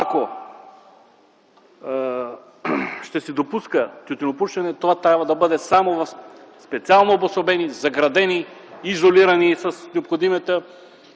ако ще се допуска тютюнопушене, това трябва да бъде само в специално обособени, заградени, изолирани, отговарящи